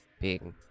big